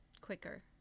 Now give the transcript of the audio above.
Quicker